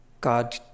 God